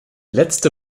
letzte